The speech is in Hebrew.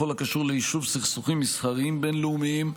בכל הקשור ליישוב סכסוכים מסחריים בין-לאומיים.